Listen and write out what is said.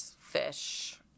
fish